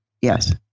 Yes